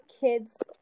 kid's